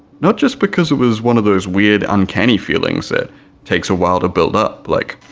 not just because it was one of those weird uncanny feelings that takes a while to build up like